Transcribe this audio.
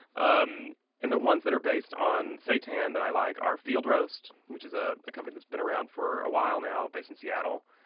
um and the ones that are based on seitan that i like are field roast, which is a company that has been around for awhile now based in seattle,